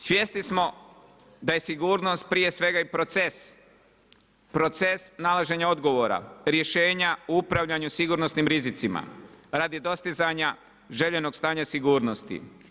Svjesni smo da je sigurnost prije svega i proces, proces nalaženja odgovora, rješenja o upravljanju sigurnosnim rizicima radi dostizanja željenog stanja sigurnosti.